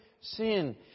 sin